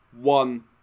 one